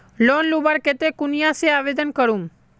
Loan लुबार केते कुनियाँ से आवेदन करूम?